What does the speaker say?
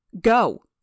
Go